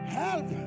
help